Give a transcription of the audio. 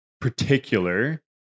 particular